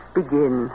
begin